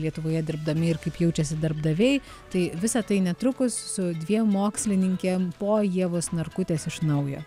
lietuvoje dirbdami ir kaip jaučiasi darbdaviai tai visa tai netrukus su dviem mokslininkėm po ievos narkutės iš naujo